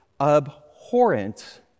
Abhorrent